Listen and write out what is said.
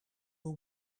will